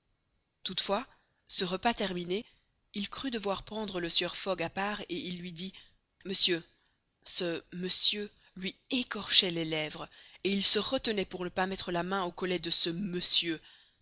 toutefois ce repas terminé il crut devoir prendre le sieur fogg à part et il lui dit monsieur ce monsieur lui écorchait les lèvres et il se retenait pour ne pas mettre la main au collet de ce monsieur